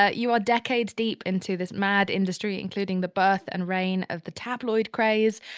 ah you are decades deep into this mad industry, including the birth and reign of the tabloid craze.